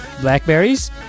Blackberries